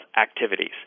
activities